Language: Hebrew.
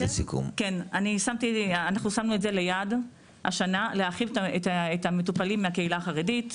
שמנו לנו כיעד השנה להרחיב את כמות המטופלים מהקהילה החרדית.